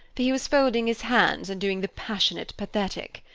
for he was folding his hands and doing the passionate pathetic.